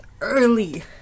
early